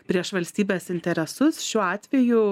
prieš valstybės interesus šiuo atveju